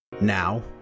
Now